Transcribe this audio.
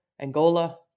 Angola